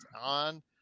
on